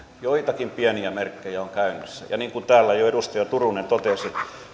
joitakin pieniä merkkejä on käynnissä ja niin kuin täällä jo edustaja turunen totesi